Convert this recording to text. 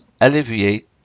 alleviate